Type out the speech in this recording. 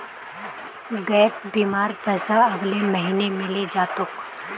gap बीमार पैसा अगले महीने मिले जा तोक